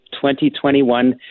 2021